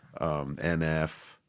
NF